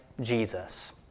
Jesus